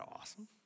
awesome